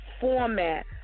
Format